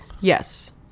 Yes